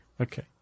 Okay